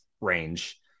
range